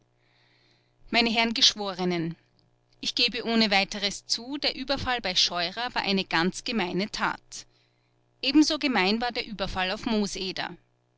meine herren geschworenen ich gebe ohne weiteres zu der überfall bei scheurer war eine ganz gemeine tat ebenso gemein war der überfall auf mooseder